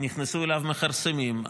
נכנסו אליו מכרסמים,